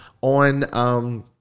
on